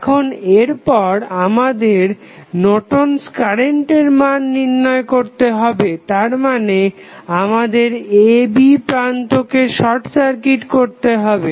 এখন এরপর আমাদের নর্টন'স কারেন্টের Nortons current মান নির্ণয় করতে হবে তারমানে আমাদের a b প্রান্তকে শর্ট সার্কিট করতে হবে